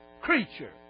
creature